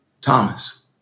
Thomas